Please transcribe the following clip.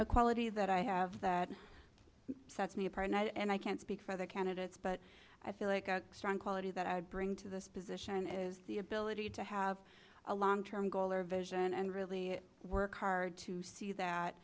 a quality that i have that sets me apart and i can't speak for other candidates but i feel like a strong quality that i bring to this position is the ability to have a long term goal or vision and really work hard to see